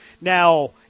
now